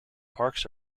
parks